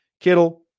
Kittle